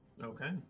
okay